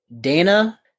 Dana